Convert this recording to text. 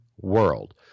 world